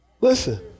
Listen